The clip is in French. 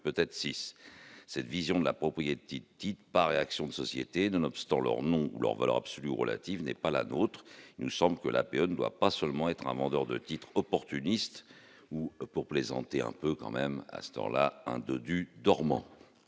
peut-être 6 cette vision de la propriété, qui par réaction de sociétés, nonobstant leur nom ou leur valeur absolue ou relative n'est pas la nôtre, il nous semble que l'APE ne doit pas seulement être un demandeur de titre opportuniste ou pour présenter un peu quand même Astor là de du dormant.